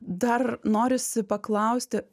dar norisi paklausti